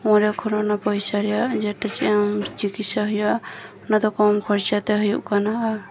ᱚᱸᱰᱮ ᱠᱷᱚᱱᱟᱜ ᱯᱚᱭᱥᱟ ᱨᱮᱭᱟᱜ ᱡᱮᱴᱟ ᱡᱟ ᱪᱤᱠᱤᱥᱥᱟ ᱦᱩᱭᱩᱜᱼᱟ ᱚᱱᱟᱫᱚ ᱠᱚᱢ ᱠᱷᱚᱨᱪᱟᱛᱮ ᱦᱩᱭᱩᱜ ᱠᱟᱱᱟ ᱟᱨ